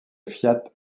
fiat